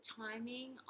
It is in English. timing